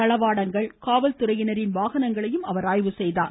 தளவாடங்கள் காவல்துறையினின் வாகனங்களையும் அவர் பார்வையிட்டார்